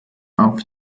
auf